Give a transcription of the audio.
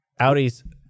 Audis